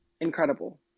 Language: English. incredible